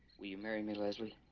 will you marry me leslie